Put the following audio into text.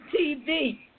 TV